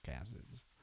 acids